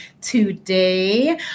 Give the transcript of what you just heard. today